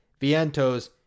Vientos